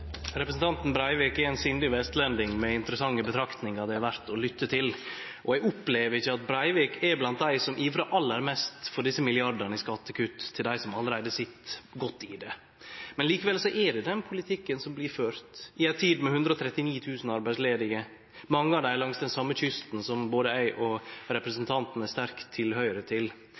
Representanten Breivik er ein sindig vestlending med interessante betraktningar det er verdt å lytte til. Eg opplever ikkje at Breivik er blant dei som ivrar aller mest for desse milliardane i skattekutt til dei som allereie sit godt i det. Likevel er det den politikken som blir ført, i ei tid med 139 000 arbeidslause – mange av dei langs den same kysten som både representanten Breivik og eg har sterk tilhøyrsel til. Det må vere vondt for representanten